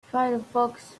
firefox